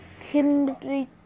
Kimberly